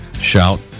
shout